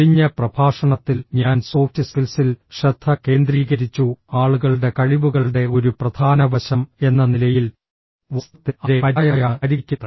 കഴിഞ്ഞ പ്രഭാഷണത്തിൽ ഞാൻ സോഫ്റ്റ് സ്കിൽസിൽ ശ്രദ്ധ കേന്ദ്രീകരിച്ചു ആളുകളുടെ കഴിവുകളുടെ ഒരു പ്രധാന വശം എന്ന നിലയിൽ വാസ്തവത്തിൽ അവരെ പര്യായമായാണ് പരിഗണിക്കുന്നത്